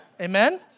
Amen